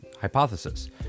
hypothesis